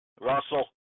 Russell